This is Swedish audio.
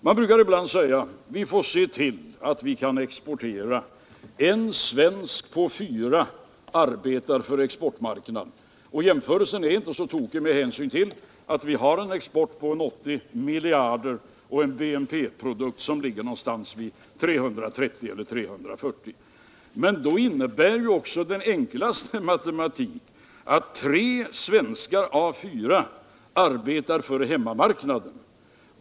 Man brukar ibland säga att en svensk på fyra arbetar för exportmarknaden och att vi måste se till att vi får exportera. Jämförelsen är inte så tokig med hänsyn till att vi har en export på ca 80 miljarder och en BNP på ungefär 330-340 miljarder. Med enkel matematik kommer man då också fram till att tre svenskar av fyra arbetar för hemmamarknaden.